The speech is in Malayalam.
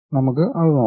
നമുക്ക് അത് നോക്കാം